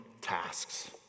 tasks